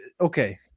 okay